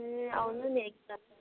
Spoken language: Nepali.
ए आउनु नि एक ताल